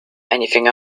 anything